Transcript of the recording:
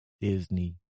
Disney